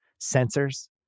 sensors